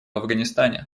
афганистане